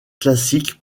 classiques